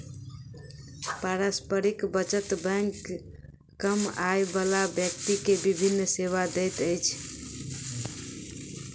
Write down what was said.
पारस्परिक बचत बैंक कम आय बला व्यक्ति के विभिन सेवा दैत अछि